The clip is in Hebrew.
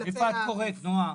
כלפי -- איפה את קוראת נעה?